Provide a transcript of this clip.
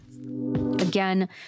Again